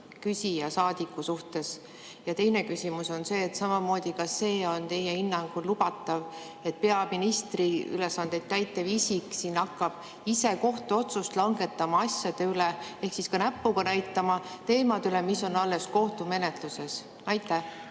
saadiku suhtes. Ja teine küsimus on see: kas see on teie hinnangul lubatav, et peaministri ülesandeid täitev isik hakkab siin ise kohtuotsust langetama asjade üle, ehk ka näpuga näitama teemadele, mis on alles kohtumenetluses? Jaa,